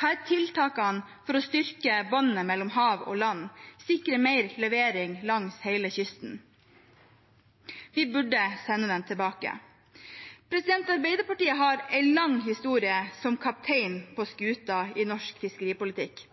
Hva er tiltakene for å styrke båndene mellom hav og land, sikre mer levering langs hele kysten? Vi burde sende saken tilbake. Arbeiderpartiet har en lang historie som kaptein på skuta i norsk fiskeripolitikk,